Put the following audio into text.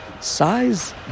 Size